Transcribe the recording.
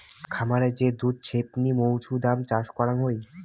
খামারে যে দুধ ছেপনি মৌছুদাম চাষ করাং হই